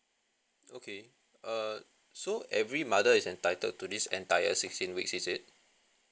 okay err so every mother is entitled to this entire sixteen weeks is it